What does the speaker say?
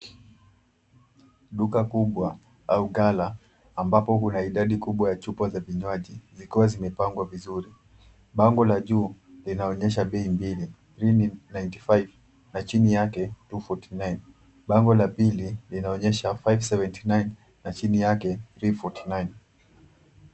Duka kubwa au gala ambapo kuna idadi kubwa ya chupa za vinywaji zikiwa zimepangwa vizuri. Bango la juu linaonyesha bei mbili, 395 na chini yake 249. Bango la pili linaonyesha 579 na chini yake 349.